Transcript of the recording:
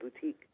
boutique